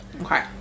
Okay